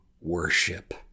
worship